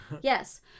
Yes